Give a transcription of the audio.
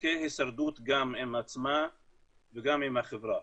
חוקי הישרדות גם עם עצמה וגם עם החברה.